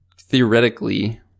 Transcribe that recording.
theoretically